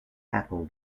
apple